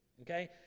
Okay